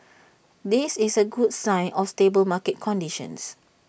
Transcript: this is A good sign of stable market conditions